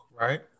Right